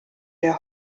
der